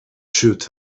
shoot